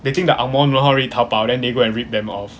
they think the ang moh don't know how to read 淘宝 then they go and rip them off